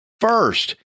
first